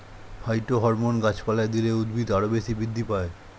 phytohormone গাছপালায় দিলে উদ্ভিদ আরও বেশি বৃদ্ধি পায়